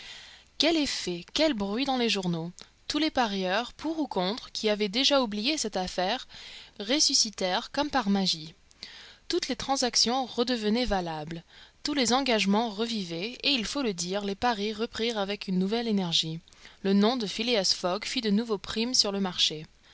quel effet quel bruit dans les journaux tous les parieurs pour ou contre qui avaient déjà oublié cette affaire ressuscitèrent comme par magie toutes les transactions redevenaient valables tous les engagements revivaient et il faut le dire les paris reprirent avec une nouvelle énergie le nom de phileas fogg fit de nouveau prime sur le marché